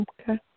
Okay